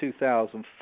2004